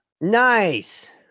Nice